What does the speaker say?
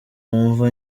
wumva